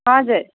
हजुर